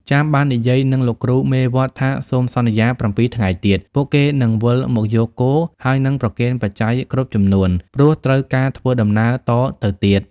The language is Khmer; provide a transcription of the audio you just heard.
ចាមបាននិយាយនឹងលោកគ្រូមេវត្តថាសូមសន្យា ៧ ថ្ងៃទៀត ពួកគេនឹងវិលមកយកគោ ហើយនឹងប្រគេនបច្ច័យគ្រប់ចំនួន ព្រោះត្រូវការធ្វើដំណើរតទៅទៀត។